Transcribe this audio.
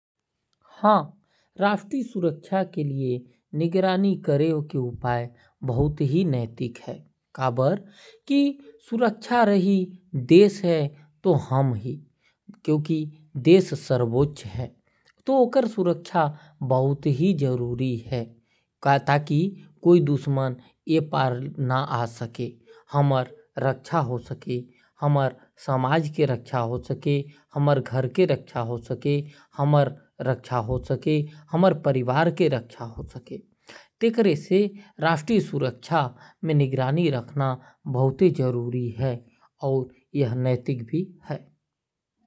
राष्ट्रीय सुरक्षा के लिए निगरानी करे के उपाय बहुत हे नैतिक है। देश रही तो हम ही क्योंकि देश सर्वोच्च है तो ओकर सुरक्षा बहुत जरूरी है। कोई दुश्मन ओ पार है तो ये पार ना आ पाए और हमर समाज सुरक्षित हो सके और घर के परिवार के रक्षा हो सके। राष्ट्रीय सुरक्षा के लिए निगरानी करे के उपाय बहुत हे नैतिक है।